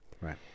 Right